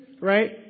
right